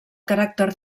caràcter